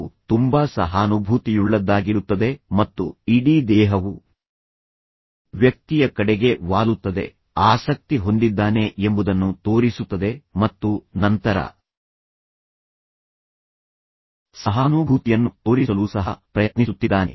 ಹೃದಯವು ತುಂಬಾ ಸಹಾನುಭೂತಿಯುಳ್ಳದ್ದಾಗಿರುತ್ತದೆ ಮತ್ತು ಇಡೀ ದೇಹವು ವ್ಯಕ್ತಿಯ ಕಡೆಗೆ ವಾಲುತ್ತದೆ ಆಸಕ್ತಿ ಹೊಂದಿದ್ದಾನೆ ಎಂಬುದನ್ನು ತೋರಿಸುತ್ತದೆ ಮತ್ತು ನಂತರ ಆ ವ್ಯಕ್ತಿಯು ಭಾಷಣಕಾರನ ಬಗ್ಗೆ ಸಹಾನುಭೂತಿಯನ್ನು ತೋರಿಸಲು ಸಹ ಪ್ರಯತ್ನಿಸುತ್ತಿದ್ದಾನೆ